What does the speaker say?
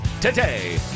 today